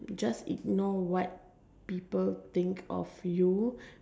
just ignore what people think of you